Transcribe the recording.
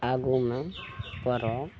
आगुमे पर्व